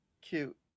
Cute